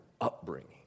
upbringing